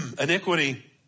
iniquity